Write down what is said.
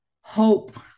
Hope